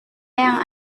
yang